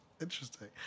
Interesting